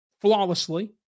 flawlessly